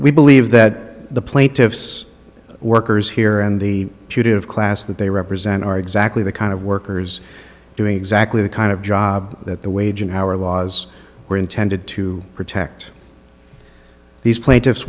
we believe that the plaintiff's workers here and the fugitive class that they represent are exactly the kind of workers doing exactly the kind of job that the wage and hour laws were intended to protect these plaintiffs